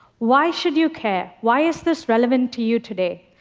why should you care? why is this relevant to you today?